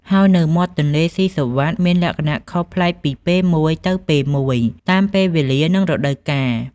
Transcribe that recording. ហើយនៅមាត់ទន្លេសុីសុវត្ថិមានលក្ខណៈខុសប្លែកពីពេលមួយទៅពេលមួយតាមពេលវេលា និងរដូវកាល។